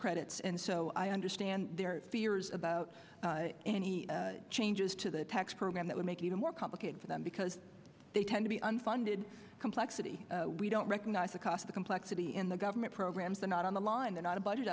credits and so i understand their fears about any changes to the tax program that would make even more complicated for them because they tend to be unfunded complexity we don't recognize across the complexity in the government programs and on the on the not a budget